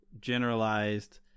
generalized